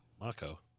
Marco